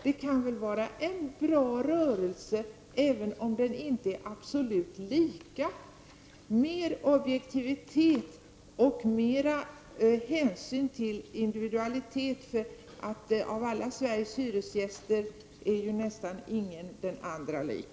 SBC kan väl vara en bra rörelse, även om den inte är precis lik de andra folkrörelserna. Det finns plats för mer objektivitet och mer hänsyn till individen. Av alla Sveriges hyresgäster är nästan ingen den andra lik.